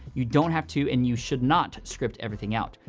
you don't have to and you should not script everything out.